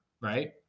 right